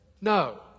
No